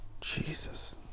Jesus